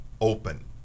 open